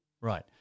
Right